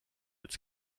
its